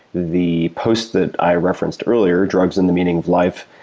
the post that i referenced earlier, drugs and the meaning of life,